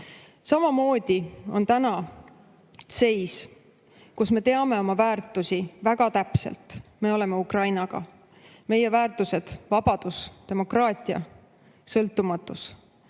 Samamoodi on täna seis, kus me teame oma väärtusi väga täpselt: me oleme [koos] Ukrainaga. Meie väärtused on vabadus, demokraatia, sõltumatus,